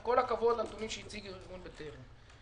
עם כל הכבוד לנתונים שהציג ארגון "בטרם",